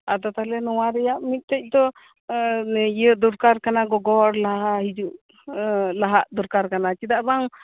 ᱛᱟᱞᱦᱮ ᱱᱚᱣᱟ ᱨᱮᱭᱟᱜ ᱢᱤᱫᱴᱮᱡ ᱤᱭᱟᱹ ᱫᱚᱨᱠᱟᱨ ᱠᱟᱱᱟ ᱜᱚᱜᱚ ᱦᱚᱲ ᱞᱟᱦᱟ ᱦᱤᱡᱩᱜ ᱮᱸ ᱞᱟᱦᱟᱜ ᱫᱚᱨᱠᱟᱨ ᱠᱟᱱᱟ ᱪᱮᱫᱟᱜ ᱵᱟᱝ